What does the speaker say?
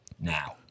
now